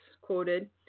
quoted